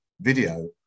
video